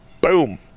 boom